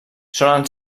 solen